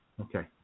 okay